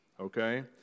okay